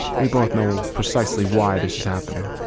we both know precisely why this is happening.